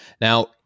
now